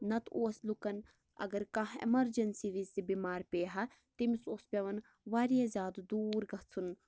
نَتہٕ اوس لُکَن اگر کانٛہہ ایٚمرجنسی وز تہِ بیٚمار پییہِ ہا تٔمِس اوس پٮ۪وان واریاہ زیادٕ دوٗر گَژھُن